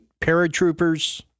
paratroopers